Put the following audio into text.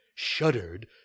shuddered